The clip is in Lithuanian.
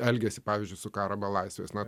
elgesį pavyzdžiui su karo belaisviais na